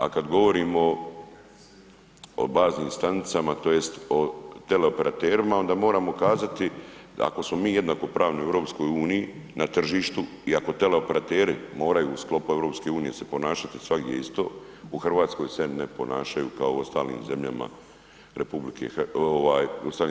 A kad govorimo o baznim stanicama tj. o teleoperaterima onda moramo kazati ako smo mi jednakopravni u EU, na tržištu i ako teleoperateri moraju u sklopu EU se ponašati svagdje isto u Hrvatskoj se ne ponašaju kao u ostalim zemljama EU.